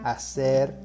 Hacer